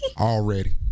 Already